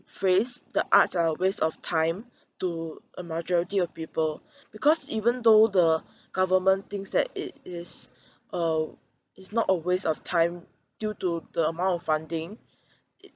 phrase the arts are a waste of time to a majority of people because even though the government thinks that it is uh it's not a waste of time due to the amount of funding it